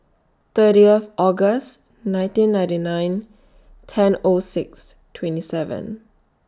thirtieth August nineteen ninety nine ten O six twenty seven